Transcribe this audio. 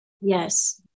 Yes